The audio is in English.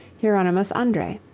hieronymus andrae.